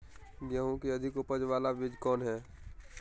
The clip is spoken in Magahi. गेंहू की अधिक उपज बाला बीज कौन हैं?